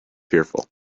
fearful